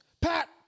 Pat